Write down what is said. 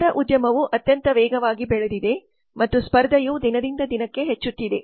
ಪ್ರಸಾರ ಉದ್ಯಮವು ಅತ್ಯಂತ ವೇಗವಾಗಿ ಬೆಳೆದಿದೆ ಮತ್ತು ಸ್ಪರ್ಧೆಯು ದಿನದಿಂದ ದಿನಕ್ಕೆ ಹೆಚ್ಚುತ್ತಿದೆ